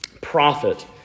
prophet